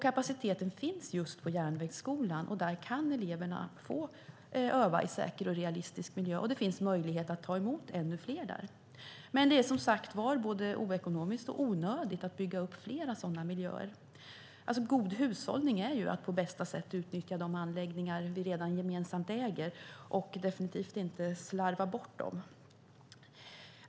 Kapaciteten finns just på Järnvägsskolan, och där kan eleverna få öva i en säker och realistisk miljö. Det finns möjlighet att ta emot ännu fler där. Det är, som sagt, både oekonomiskt och onödigt att bygga upp flera sådana miljöer. God hushållning är att på bästa sätt utnyttja de anläggningar vi redan gemensamt äger och definitivt inte slarva bort dem.